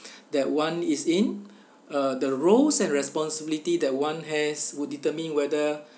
that one is in uh the roles and responsibility that one has would determine whether